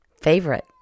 favorite